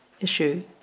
issue